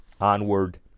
Onward